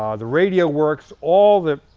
um the radio works, all the,